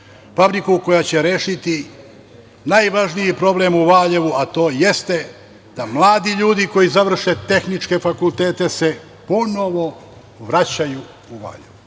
fabriku koja će rešiti najvažniji problem u Valjevu, a to jeste da mladi ljudi koji završe tehničke fakultete se ponovo vraćaju u Valjevo.